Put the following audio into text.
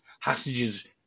hostages